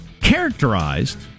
characterized